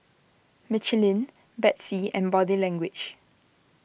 Michelin Betsy and Body Language